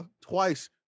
twice